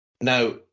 Now